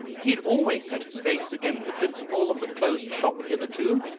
he had always set his face against the principle of the closed shop hitherto,